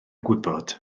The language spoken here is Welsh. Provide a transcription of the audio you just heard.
gwybod